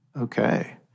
Okay